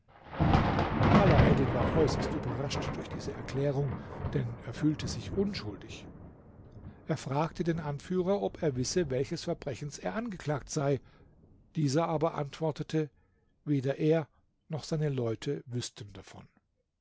alaeddin war äußerst überrascht durch diese erklärung denn er fühlte sich unschuldig er fragte den anführer ob er wisse welches verbrechens er angeklagt sei dieser aber antwortete weder er noch seine leute wüßten davon